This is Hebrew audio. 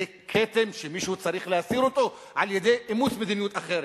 זה כתם שמישהו צריך להסיר אותו על-ידי אימוץ מדיניות אחרת.